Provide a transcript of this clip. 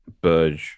Burge